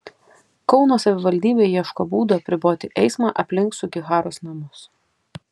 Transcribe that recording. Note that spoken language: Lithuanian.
kauno savivaldybė ieško būdų apriboti eismą aplink sugiharos namus